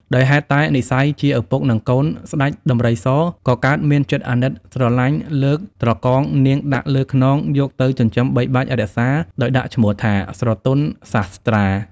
ដោយហេតុតែនិស្ស័យ ជាឪពុក និងកូន ស្តេចដំរីសក៏កើតមានចិត្តអាណិតស្រលាញ់លើកត្រកងនាងដាក់ លើខ្នងយកទៅចិញ្ចឹមបីបាច់រក្សាដោយដាក់ឈ្មោះថា ស្រទន់សាស្ត្រា។